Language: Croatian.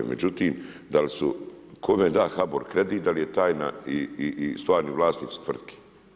Međutim da li su kome da HBOR kredit da li je tajna i stvarni vlasnici tvrtki.